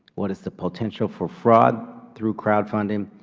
what is the potential for fraud through crowdfunding?